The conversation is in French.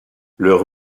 leur